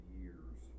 years